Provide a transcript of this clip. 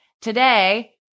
today